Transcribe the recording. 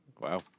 Wow